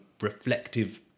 reflective